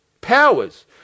Powers